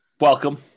Welcome